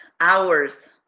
hours